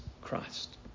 Christ